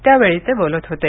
त्यावेळी ते बोलत होते